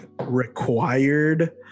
required